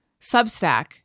Substack